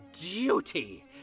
duty